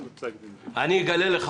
--- אני אגלה לך.